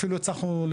אפילו הצלחנו,